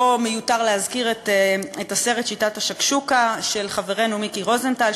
לא מיותר להזכיר את הסרט "שיטת השקשוקה" של חברנו מיקי רוזנטל,